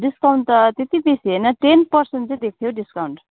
discount त त्यति बेसी होइन टेन पर्सेन्ट चाहिँ दिएको थियो हौ डिस्काउन्ट